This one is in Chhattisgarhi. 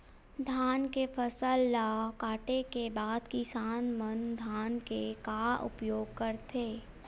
धान के फसल ला काटे के बाद किसान मन धान के का उपयोग करथे?